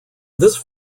this